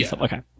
Okay